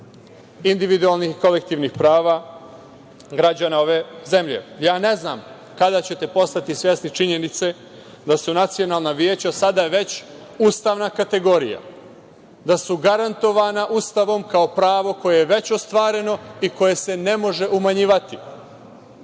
individualnih i kolektivnih prava građana ove zemlje. Ja ne znam kada ćete postati svesni činjenice da su nacionalna veća sada već ustavna kategorija, da su garantovana Ustavom kao pravo koje je već ostvareno i koje se ne može umanjivati.